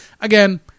again